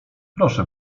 proszę